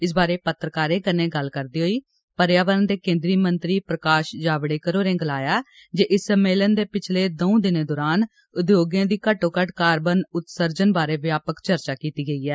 इस बारै पत्रकारें कन्नै गल्ल करदे पर्यावरण दे केन्द्री मंत्री प्रकाश जावडेकर होरे गलाया जे इस सम्मेलन दे पिछले दंऊ दिनों दौरान उद्योगें दी घट्टोघट्ट कार्बन उत्सर्जन बारै व्यापक चर्चा कीती गई ऐ